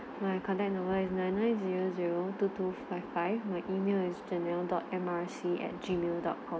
my contact number is nine nine zero zero two two five five my email is Gmail dot M R C at gmail dot com